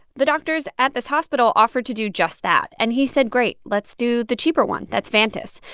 the doctors at this hospital offered to do just that. and he said, great. let's do the cheaper one. that's vantas.